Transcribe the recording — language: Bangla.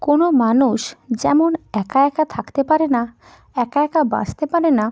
কোনও মানুষ যেমন একা একা থাকতে পারে না একা একা বাঁচতে পারে না